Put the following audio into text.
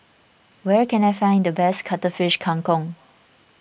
where can I find the best Cuttlefish Kang Kong